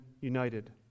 united